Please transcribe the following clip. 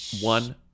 One